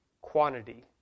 quantity